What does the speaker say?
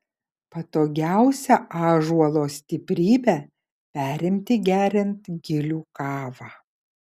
patogiausia ąžuolo stiprybę perimti geriant gilių kavą